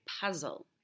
puzzle